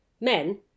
Men